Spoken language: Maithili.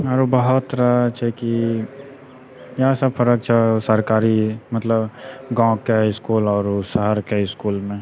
आओरो बहुत तरह छै कि इएह सब फरक छऽ सरकारी मतलब गाँवके इसकुल आओर शहरके इसकुलमे